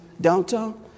downtown